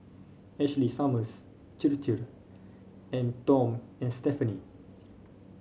Ashley Summers Chir Chir and Tom and Stephanie